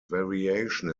variation